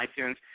iTunes